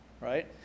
right